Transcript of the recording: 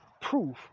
proof